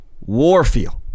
Warfield